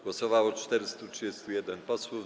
Głosowało 431 posłów.